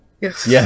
yes